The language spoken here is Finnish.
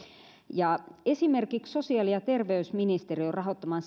ja esimerkiksi sosiaali ja terveysministeriön rahoittaman